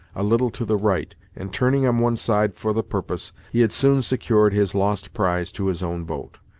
a little to the right and turning on one side for the purpose, he had soon secured his lost prize to his own boat.